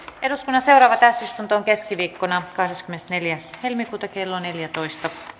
eduskunnan seuraava täysistuntoon keskiviikkona kahdeskymmenesneljäs helmikuuta kello neljätoista